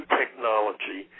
technology